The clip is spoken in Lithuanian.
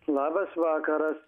labas vakaras